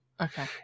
Okay